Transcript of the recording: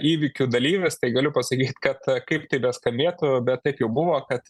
įvykių dalyvis tai galiu pasakyt kad kaip tai beskambėtų bet taip jau buvo kad